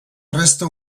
resta